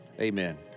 amen